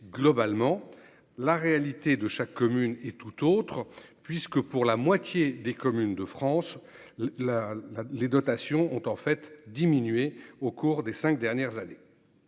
globalement la réalité de chaque commune et tout autre puisque pour la moitié des communes de France, la, la, les dotations ont en fait diminué au cours des 5 dernières années,